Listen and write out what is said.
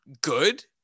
good